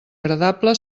agradable